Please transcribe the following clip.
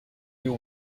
you